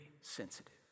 sensitive